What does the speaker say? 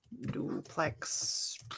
Duplex